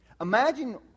Imagine